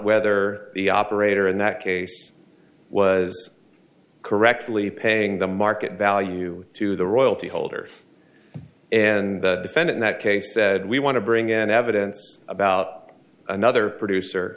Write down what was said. whether the operator in that case was correctly paying the market value to the royalty holder and the defendant that case said we want to bring in evidence about another producer